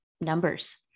numbers